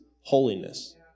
holiness